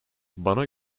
bana